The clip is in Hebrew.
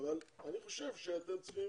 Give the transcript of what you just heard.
אבל אני חושב שאתם צריכים,